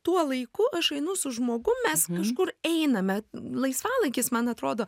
tuo laiku aš einu su žmogum mes iš kur einame laisvalaikis man atrodo